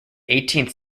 eighteenth